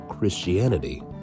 Christianity